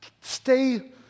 stay